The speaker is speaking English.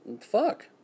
fuck